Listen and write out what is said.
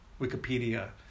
wikipedia